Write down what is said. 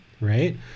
right